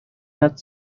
not